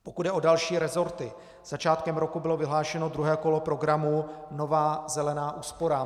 Pokud jde o další resorty, začátkem roku bylo vyhlášeno druhé kolo programu Nová zelená úsporám.